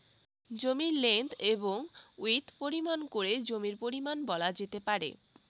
জমির লেন্থ এবং উইড্থ পরিমাপ করে জমির পরিমান বলা যেতে পারে